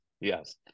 Yes